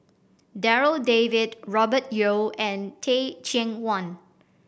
Darryl David Robert Yeo and Teh Cheang Wan